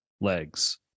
legs